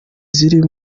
ziri